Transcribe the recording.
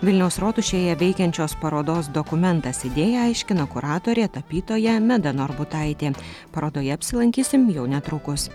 vilniaus rotušėje veikiančios parodos dokumentas idėją aiškina kuratorė tapytoja meda norbutaitė parodoje apsilankysim jau netrukus